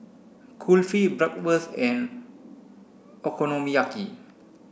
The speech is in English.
Kulfi Bratwurst and Okonomiyaki